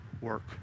work